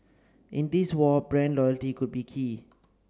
in this war brand loyalty could be key